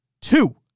Two